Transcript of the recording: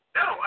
no